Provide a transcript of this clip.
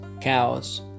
cows